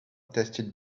tasted